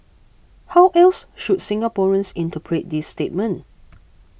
how else should Singaporeans interpret this statement